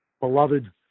beloved